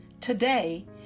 today